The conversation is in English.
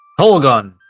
Holgun